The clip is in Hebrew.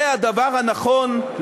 זה הדבר הנכון,